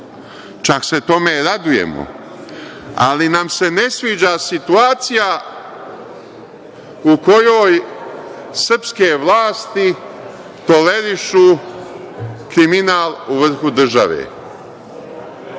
čak se tome radujemo, ali nam se ne sviđa situacija u kojoj srpske vlasti tolerišu kriminal u vrhu države.